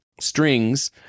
strings